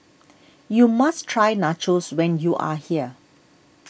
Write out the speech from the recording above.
you must try Nachos when you are here